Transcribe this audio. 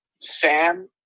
Sam